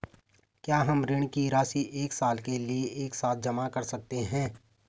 क्या हम ऋण की राशि एक साल के लिए एक साथ जमा कर सकते हैं?